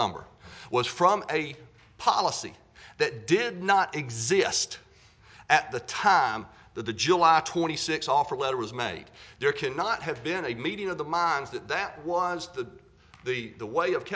number was from a policy that did not exist at the time that the july twenty sixth offer letter was made there could not have been a meeting of the minds that that was the the the way of